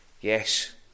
Yes